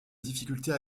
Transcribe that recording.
difficultés